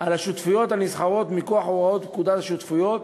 על השותפויות הנסחרות מכוח הוראות פקודת השותפויות,